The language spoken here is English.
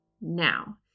Now